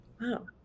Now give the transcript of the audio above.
Wow